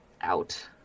out